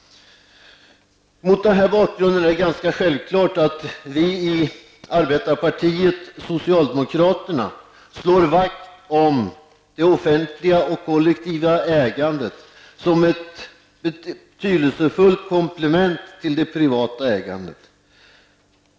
Mot den här bakgrunden är det självklart att vi arbetarpartiet socialdemokraterna slår vakt om det offentliga och kollektiva ägandet som ett betydelsefullt komplement till det privata ägandet.